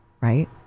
right